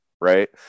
right